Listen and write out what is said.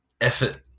effort